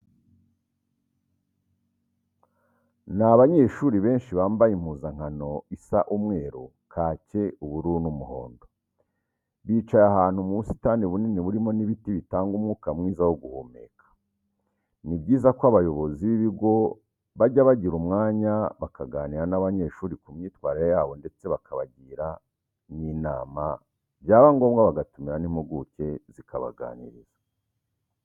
Ni abanyeshuri benshi bambaye impuzankano isa umweru, kake, ubururu n'umuhondo. Bicaye ahantu mu busitani bunini burimo n'ibiti bitanga umwuka mwiza wo guhumeka. Ni byiza ko abayobozi b'ibigo bajya bagira umwanya bakaganira n'abanyeshuri ku myitwarire yabo ndetse bakabagira n'inama byaba ngombwa bagatumira n'impuguke zikabaganiriza.